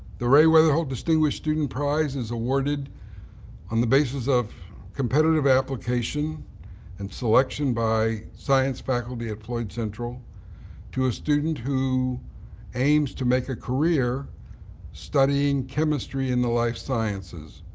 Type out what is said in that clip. the ray weatherholt distinguished student prize is awarded on the basis of competitive application and selection by science faculty at floyd central to a student who aims to make a career studying chemistry in the life sciences.